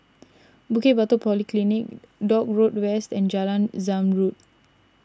Bukit Batok Polyclinic Dock Road West and Jalan Zamrud